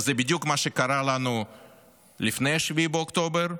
וזה בדיוק מה שקרה לנו לפני 7 באוקטובר,